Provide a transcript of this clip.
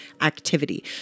activity